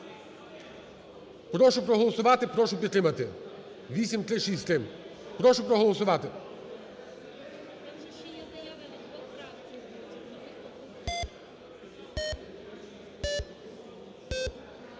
Прошу проголосувати. Прошу підтримати 8363. Прошу проголосувати.